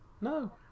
No